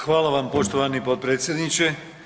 Hvala vam poštovani potpredsjedniče.